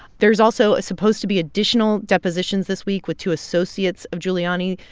there's also ah supposed to be additional depositions this week with two associates of giuliani.